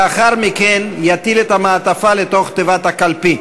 לאחר מכן יטיל את המעטפה לתוך תיבת הקלפי.